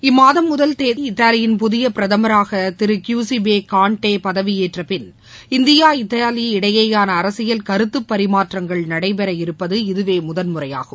இம்மாதம் முதல் தேதி இத்தாலியின் புதிய பிரதமராக திரு கியுசிபே கான்டே பதவி ஏற்றப்பின் இந்தியா இத்தாலி இடையேயான அரசியல் கருத்துப்பரிமாற்றங்கள் நடைபெற இருப்பது இதுவே முதல் முறையாகும்